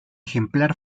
ejemplar